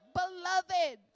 beloved